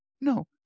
No